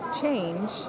change